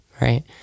right